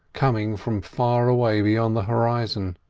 coming from far away beyond the horizon.